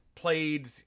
Played